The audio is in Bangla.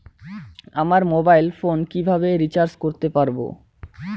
আমার মোবাইল ফোন কিভাবে রিচার্জ করতে পারব?